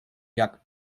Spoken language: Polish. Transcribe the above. jak